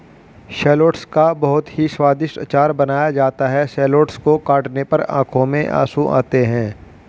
shallots का बहुत ही स्वादिष्ट अचार बनाया जाता है शैलोट्स को काटने पर आंखों में आंसू आते हैं